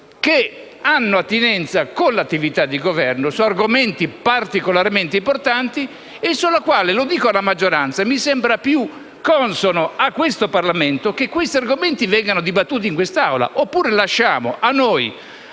che hanno attinenza con l'attività di Governo su argomenti particolarmente importanti e sui quali - lo dico alla maggioranza - mi sembra più consono a questo Parlamento un dibattito in quest'Aula. Oppure lasciateci